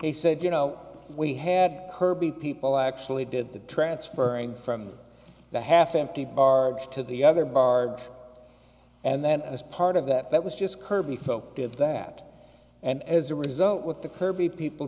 they said you know we had kirby people actually did the transferring from the half empty bar to the other barge and then as part of that was just kirby folks did that and as a result with the kirby people